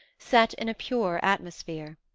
set in a purer atmosphere.